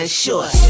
short